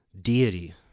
deity